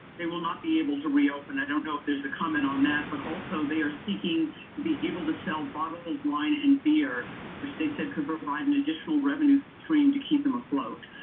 they will not be able to reopen. i don't know if there's a comment on that but also they are seeking to be able to sell bottled wine and bee r which they said could provide an additional revenue stream to keep them afloat.